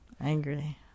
Angry